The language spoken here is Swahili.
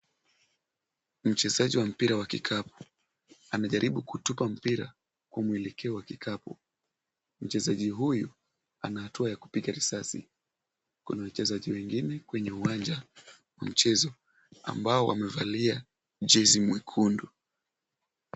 Mchezaji wa mpira wa kikapu, anajaribu kutupa mpira kwa mwelekeo wa kikapu. Mchezaji huyu ana hatua ya kupiga risasi. Kuna wachezaji wengine kwenye uwanja wa mchezo ambao wamevalia jezi mwekundu.